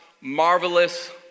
marvelous